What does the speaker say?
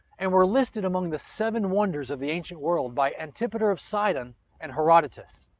and were listed among the seven wonders of the ancient world by antipater of sidon and herodotus.